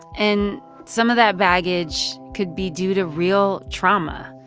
and some of that baggage could be due to real trauma,